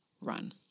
run